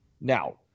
Now